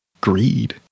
greed